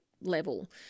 level